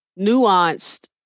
nuanced